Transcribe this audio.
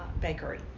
bakery